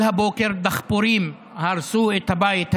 על הבוקר דחפורים הרסו את הבית הזה.